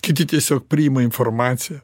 kiti tiesiog priima informaciją